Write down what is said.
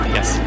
Yes